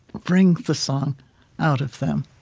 bring the song out of them